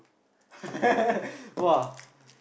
!wah!